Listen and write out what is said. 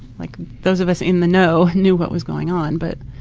like those of us in the know knew what was going on but,